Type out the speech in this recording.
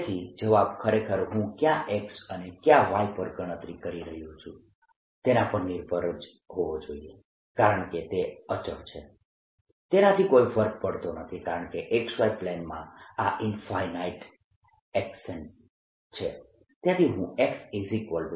તેથી જવાબ ખરેખર હું કયા X અને કયા Y પર ગણતરી કરી રહ્યો છું તેના પર નિર્ભર ન હોવો જોઈએ કારણકે તે અચળ છે તેનાથી કોઈ ફર્ક પડતો નથી કારણકે XY પ્લેનમાં આ ઇન્ફાઇનાઇટ એક્સ્ટેન્ટ છે